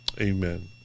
amen